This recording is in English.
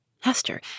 Hester